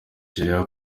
nigeriya